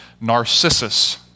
Narcissus